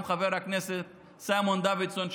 גם חבר הכנסת סימון דוידסון,